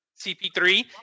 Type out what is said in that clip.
CP3